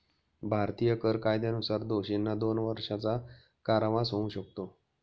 भारतीय कर कायद्यानुसार दोषींना दोन वर्षांचा कारावास होऊ शकतो